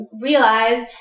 realize